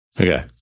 Okay